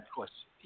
question